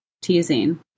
teasing